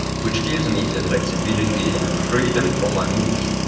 which gives me the flexibility and freedom for my moves.